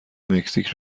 مکزیک